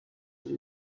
will